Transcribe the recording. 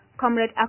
Comrade